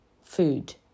food